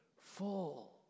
Full